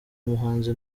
muhanzi